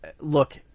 look